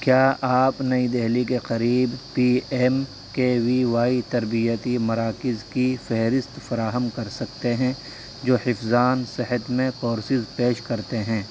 کیا آپ نئی دلی کے قریب P M K V Y تربیتی مراکز کی فہرست فراہم کر سکتے ہیں جو حفظان صحت میں کورسز پیش کرتے ہیں